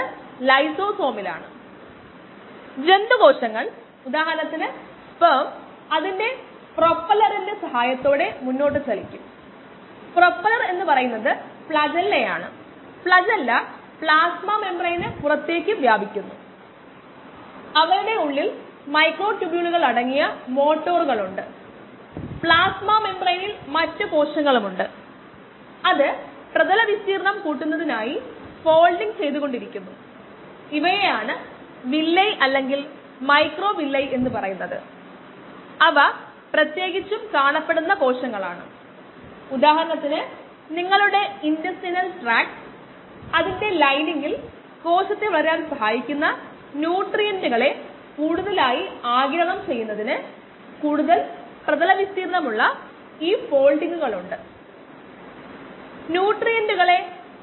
log ഫേസിൽ കോശങ്ങളുടെ സാന്ദ്രത ഇരട്ടിയാകാനുള്ള സമയം